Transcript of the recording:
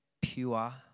pure